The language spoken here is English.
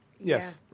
Yes